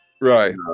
right